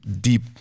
deep